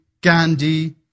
Gandhi